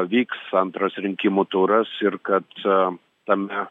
vyks antras rinkimų turas ir kad tame